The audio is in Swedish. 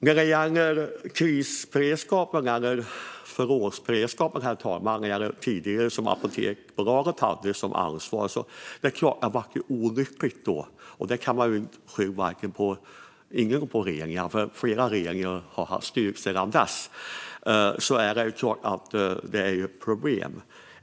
När det gäller krisberedskapen eller förrådsberedskapen, som Apoteksbolaget tidigare hade, blev det här olyckligt. Det kan man inte skylla på någon enskild regering, för det är flera regeringar som har styrt sedan dess, men det är ett problem.